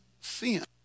sin